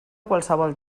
qualsevol